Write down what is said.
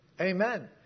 Amen